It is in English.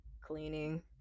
cleaning